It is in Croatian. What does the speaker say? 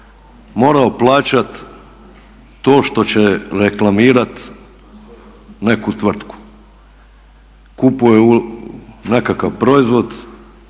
morao plaćat to što će reklamirat neku tvrtku. Kupuje nekakav proizvod,